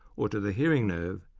or to the hearing nerve,